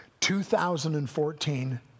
2014